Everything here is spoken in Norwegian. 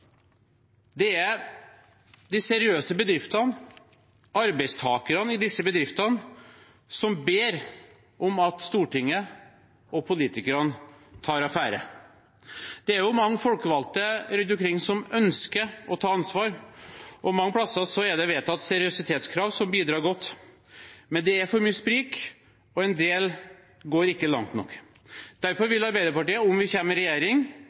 er de seriøse bedriftene, arbeidstakerne i disse bedriftene, som ber om at Stortinget og politikerne tar affære. Det er mange folkevalgte rundt omkring som ønsker å ta ansvar, og mange plasser er det vedtatt seriøsitetskrav som bidrar godt, men det er for mye sprik, og en del går ikke langt nok. Derfor vil Arbeiderpartiet, om vi kommer i regjering,